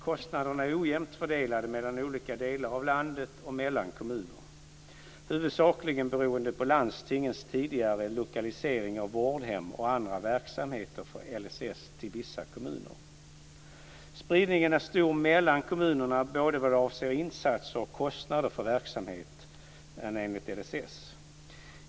Kostnaderna är ojämnt fördelade mellan olika delar av landet och mellan kommuner, huvudsakligen beroende på landstingens tidigare lokalisering av vårdhem och andra verksamheter för LSS till vissa kommuner. Spridningen är stor mellan kommunerna både vad avser insatser och kostnader för verksamheten enligt LSS.